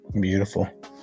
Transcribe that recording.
Beautiful